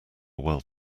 world